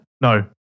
No